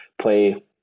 play